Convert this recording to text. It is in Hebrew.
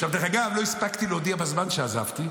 דרך אגב, לא הספקתי להודיע בזמן שעזבתי.